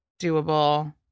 doable